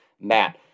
Matt